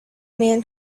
man